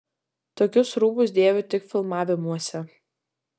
tokius rūbus dėviu tik filmavimuose